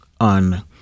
on